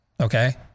okay